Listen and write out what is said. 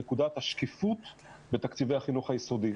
נקודת השקיפות בתקציבי החינוך היסודי.